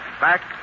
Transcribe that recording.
back